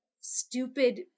stupid